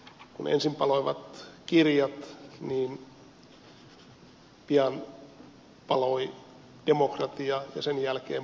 kun ensin paloivat kirjat niin pian paloi demokratia ja sen jälkeen paloivat ihmiset